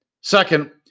Second